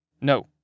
No